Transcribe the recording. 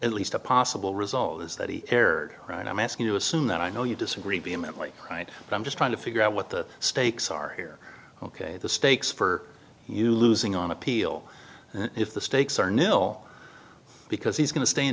at least a possible result is that he erred right i'm asking you assume that i know you disagree vehemently right but i'm just trying to figure out what the stakes are here ok the stakes for you losing on appeal if the stakes are nil because he's going to stay in